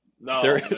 No